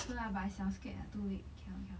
sure lah but I 小 scared ah too late cannot cannot